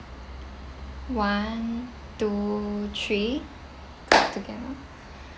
one two three together